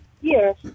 Yes